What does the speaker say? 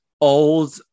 old